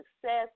success